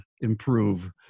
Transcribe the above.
improve